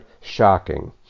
shocking